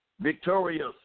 Victorious